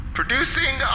producing